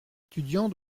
étudiant